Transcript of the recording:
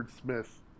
Smith